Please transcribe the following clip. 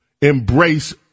embrace